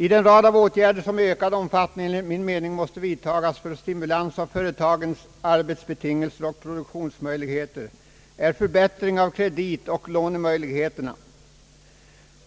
I den rad av åtgärder som enligt min mening i ökad omfattning måste vidtagas för stimulans av företagens arbetsbetingelser och produktionsmöjligheter är förbättring av kreditoch lånemöjligheterna.